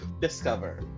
discover